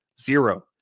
Zero